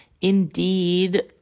Indeed